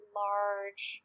large